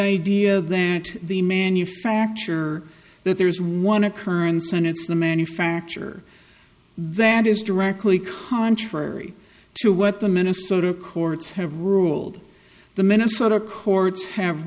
idea that the manufacture that there is one occurrence and it's the manufacture that is directly contrary to what the minnesota courts have ruled the minnesota courts have